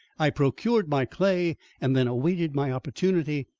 i procured my clay and then awaited my opportunity.